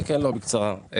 בקצרה.